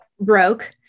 broke